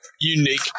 unique